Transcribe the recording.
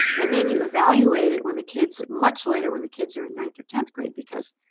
and then you evaluate it when the kids much later, when the kids are in ninth or tenth grade, because